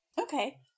Okay